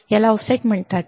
याला ऑफसेट म्हणतात